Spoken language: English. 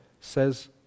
says